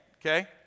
okay